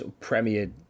premiered